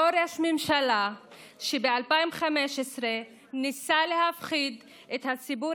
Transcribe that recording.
אותו ראש ממשלה שב-2015 ניסה להפחיד את הציבור